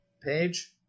page